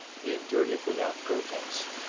he endured it without protest.